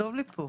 טוב לי פה,